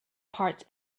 parts